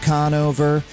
Conover